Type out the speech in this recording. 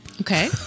Okay